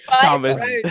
Thomas